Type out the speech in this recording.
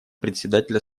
председателя